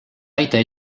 aita